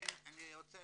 לכן אני רוצה